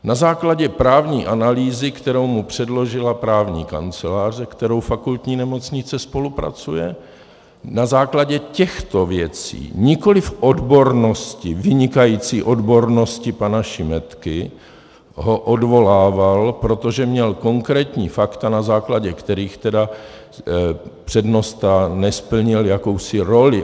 Na základě právní analýzy, kterou mu předložila právní kancelář, s kterou fakultní nemocnice spolupracuje, na základě těchto věcí, nikoliv odbornosti, vynikající odbornosti pana Šimetky, ho odvolával, protože měl konkrétní fakta, na základě kterých přednosta nesplnil jakousi roli.